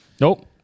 Nope